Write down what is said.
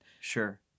Sure